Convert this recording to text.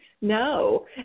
No